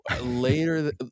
later